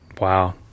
Wow